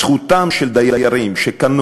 זכותם של דיירים שקנו